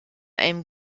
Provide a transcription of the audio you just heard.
einem